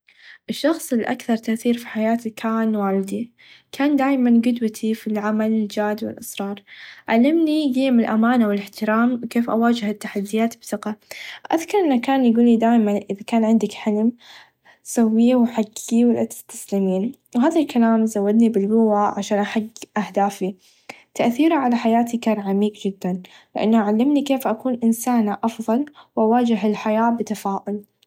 الشخص الاكثر تأثير في حياتي كان والدي كان دايما قدوتي في العمل جدول اسرار علمني ديم الامانه و الاحترام و كيف اواچه التحديات بثقه اذكر انه كان يقلي دايما اذا كان عندك حلم سويه و حقيقيه ولا تستسلمين و هذا الكلام زودني بالقوه عشان تحقق اهدافي تاثيره على حياتي كان عميق جدا لأنه علمني كيف اكون انسانه افظل و اواچه الحياه بتفتؤل.